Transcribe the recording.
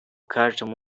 каждом